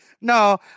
No